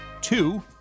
two